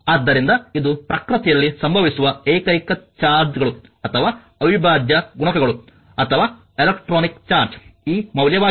ಆದ್ದರಿಂದ ಇದು ಪ್ರಕೃತಿಯಲ್ಲಿ ಸಂಭವಿಸುವ ಏಕೈಕ ಚಾರ್ಜ್ಗಳು ಅಥವಾ ಅವಿಭಾಜ್ಯ ಗುಣಕಗಳು ಅಥವಾ ಎಲೆಕ್ಟ್ರಾನಿಕ್ ಚಾರ್ಜ್ ಈ ಮೌಲ್ಯವಾಗಿದೆ